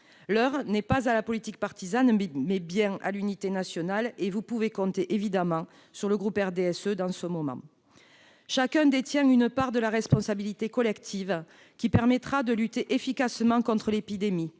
L'heure n'est pas à la politique partisane, mais bien à l'unité nationale, et vous pouvez compter évidemment sur le groupe du RDSE dans ce moment. Chacun détient une part de la responsabilité collective qui permettra de lutter efficacement contre l'épidémie.